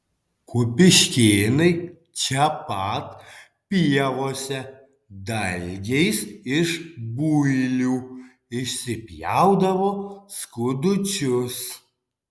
kupiškėnai čia pat pievose dalgiais iš builių išsipjaudavo skudučius